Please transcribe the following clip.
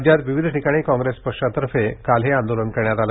राज्यात विविध ठिकाणी काँग्रेस पक्षातर्फे काल हे आंदोलन करण्यात आलं